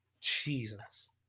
Jesus